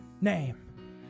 name